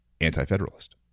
Anti-Federalist